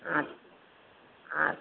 আচ্ছা আচ্ছা